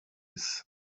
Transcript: ist